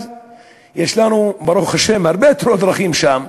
יש לנו, ברוך השם, הרבה תאונות דרכים שם,